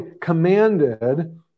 commanded